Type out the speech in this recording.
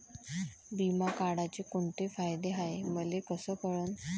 बिमा काढाचे कोंते फायदे हाय मले कस कळन?